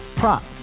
Prop